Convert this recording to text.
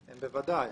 בוודאי.